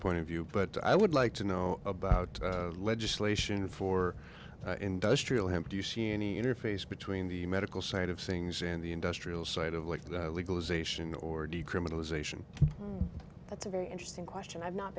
point of view but i would like to know about legislation for industrial hemp do you see any interface between the medical side of things in the industrial side of like the legalization or decriminalization that's a very interesting question i've not